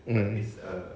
mm